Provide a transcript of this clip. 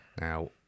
Now